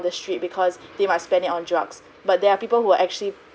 the street because they might spend it on drugs but there are people who are actually